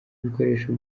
ibikoresho